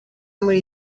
muri